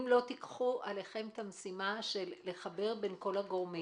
אם לא תיקחו עליכם את המשימה של לחבר בין כל הגורמים.